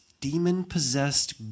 demon-possessed